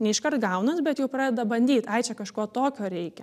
neiškart gaunas bet jau pradeda bandyt ai čia kažko tokio reikia